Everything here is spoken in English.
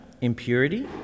impurity